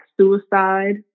suicide